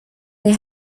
they